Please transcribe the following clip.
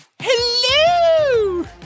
Hello